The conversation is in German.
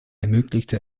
ermöglichte